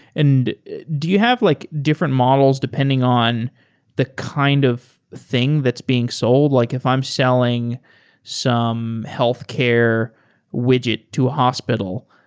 and do you have like different models depending on the kind of thing that's being sold? like if i'm selling some healthcare widget to a hospital,